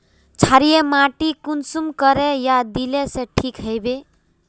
क्षारीय माटी कुंसम करे या दिले से ठीक हैबे?